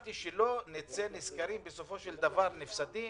- אמרתי שבסופו של דבר לא נצא נפסדים